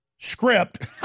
script